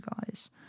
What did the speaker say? guys